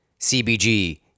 CBG